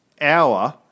hour